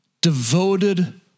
devoted